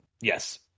Yes